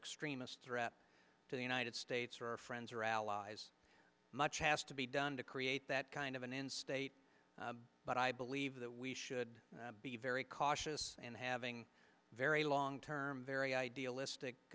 extremists threat to the united states or our friends or allies much has to be done to create that kind of an end state but i believe that we should be very cautious and having very long term very idealistic